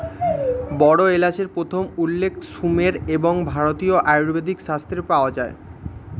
বড় এলাচের প্রথম উল্লেখ সুমের এবং ভারতীয় আয়ুর্বেদিক শাস্ত্রে পাওয়া যায়